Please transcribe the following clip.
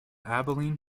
abilene